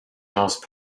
most